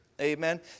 amen